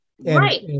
right